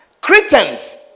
Cretans